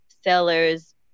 sellers